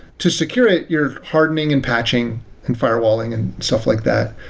to secure it, you're hardening and patching and firewalling and stuff like that.